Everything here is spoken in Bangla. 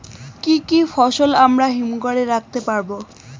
কি কি ফসল আমরা হিমঘর এ রাখতে পারব?